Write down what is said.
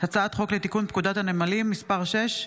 הצעת חוק לתיקון פקודת הנמלים (מס' 6),